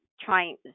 trying